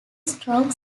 strong